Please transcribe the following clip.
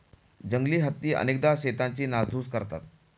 जंगली हत्ती अनेकदा शेतांची नासधूस करतात